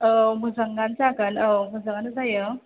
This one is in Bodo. औ मोजाङानो जागोन औ मोजाङानो जायो